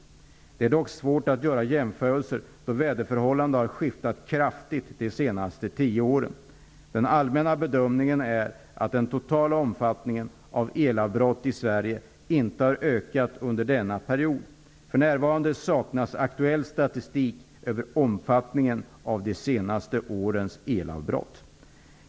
Det är dock svårt att göra jämförelser då väderförhållandena har skiftat kraftigt de senaste tio åren. Den allmänna bedömningen är att den totala omfattningen av elavbrott i Sverige inte har ökat under denna period. För närvarande saknas aktuell statistik över omfattningen av de senaste årens elavbrott.